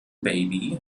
baby